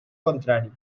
contrari